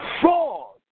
fraud